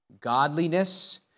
godliness